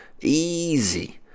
easy